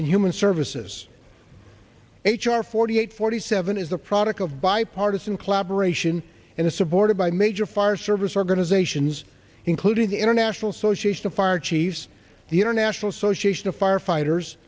and human services h r forty eight forty seven is a product of bipartisan collaboration and is supported by major fire service organizations including the international socialist the fire chiefs the international association of firefighters